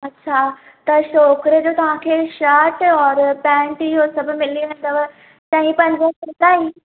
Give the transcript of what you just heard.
अच्छा त छोकिरे जो तव्हांखे शट और पैंट इहो सभ मिली वेंदव चई पंजे सै ताईं